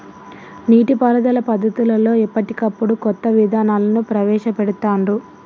నీటి పారుదల పద్దతులలో ఎప్పటికప్పుడు కొత్త విధానాలను ప్రవేశ పెడుతాన్రు